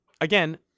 again